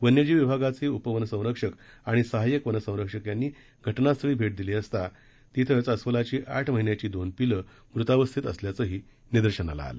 वन्यजीव विभागाचे उपवनसंरक्षक आणि सहाय्यक वनसंरक्षक यांनी घाजास्थळी भेा दिली असता घाजास्थळानजीकच अस्वलाची आठ महिन्याची दोन पिल्ले मृतावस्थेत असल्याचंही निदर्शनास आलं